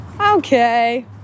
Okay